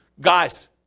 guys